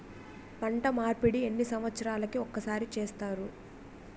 పంట మార్పిడి ఎన్ని సంవత్సరాలకి ఒక్కసారి చేస్తారు?